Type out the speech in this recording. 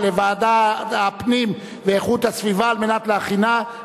לדיון מוקדם בוועדת הפנים והגנת הסביבה נתקבלה.